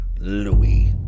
Louis